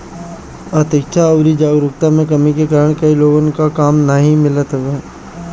अशिक्षा अउरी जागरूकता में कमी के कारण कई लोग के काम नाइ मिलत हवे